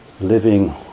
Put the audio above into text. living